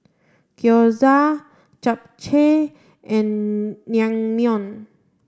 Gyoza Japchae and Naengmyeon